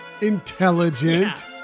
intelligent